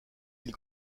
îles